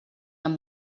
amb